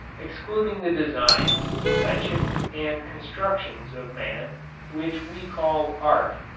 excluding the designs, inventions and constructions of man which we call art.